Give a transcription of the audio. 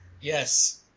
Yes